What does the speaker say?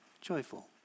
joyful